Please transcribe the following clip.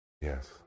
Yes